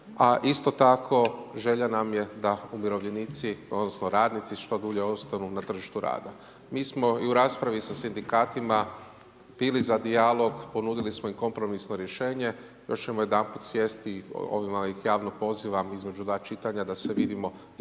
isto tako želja nam je da umirovljenici, odnosno radnici što dulje ostanu na tržištu rada. Mi smo i u raspravi sa sindikatima bili za dijalog, ponudili smo im kompromisno rješenje, još ćemo jedanput sjesti i ovdje ih javno pozivam između dva čitanja da se vidimo i po